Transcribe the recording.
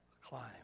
climb